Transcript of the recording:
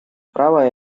право